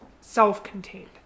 self-contained